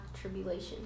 tribulation